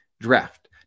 draft